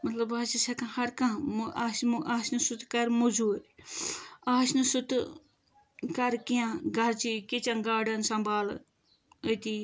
مطلب بہٕ حظ چھس ہیٚکان ہَر کانہہ مُہ آسہِ مُہ نہٕ آسہِ نہٕ سُہ تہِ کَرٕ موٚزوٗرۍ آسہِ نہٕ سُہ تہِ کَرٕ کیٚنٛہہ گَرچٕے کِچن گاڑن سنمبالہٕ أتی